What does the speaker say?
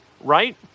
Right